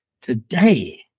Today